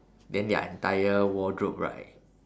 then their entire wardrobe right